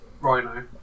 Rhino